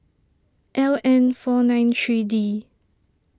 L N four nine three D